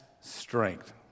strength